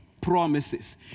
promises